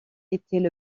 étaient